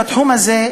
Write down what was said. בתחום הזה,